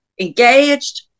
engaged